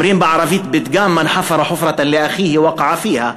אומרים בערבית פתגם: מַן חפר חֻפְרַה לִאַחִ'יהִ וקע פִיהַא,